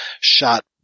shot